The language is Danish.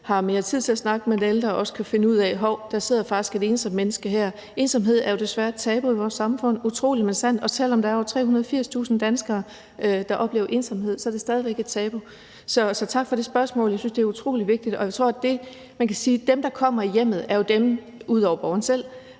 har mere tid til at snakke med den ældre og også kan finde ud af, om der faktisk sidder et ensomt menneske her. Ensomhed er jo desværre et tabu i vores samfund, utroligt, men sandt, og selv om der er over 380.000 danskere, der oplever ensomhed, er det stadig væk et tabu. Så tak for det spørgsmål; jeg synes, det er utrolig vigtigt. Det, man kan sige, er, at dem, der ud over borgeren